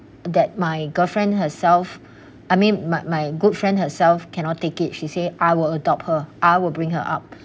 that my girlfriend herself I mean my my good friend herself cannot take it she say I will adopt her I will bring her up